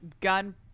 gun